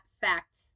fact